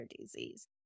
disease